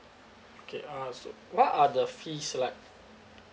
okay ah so what are the fees like